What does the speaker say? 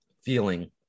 feeling